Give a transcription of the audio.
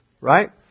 Right